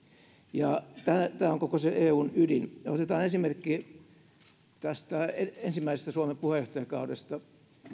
ja tämä tämä on koko se eun ydin otetaan esimerkki ensimmäisestä suomen puheenjohtajakaudesta